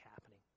happening